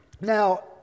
Now